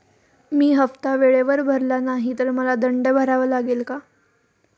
मी हफ्ता वेळेवर भरला नाही तर मला दंड भरावा लागेल का?